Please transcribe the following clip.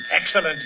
Excellent